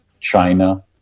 China